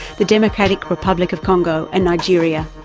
the democratic republic of congo, and nigeria.